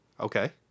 Okay